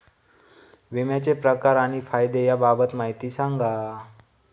विम्याचे प्रकार आणि फायदे याबाबत माहिती सांगा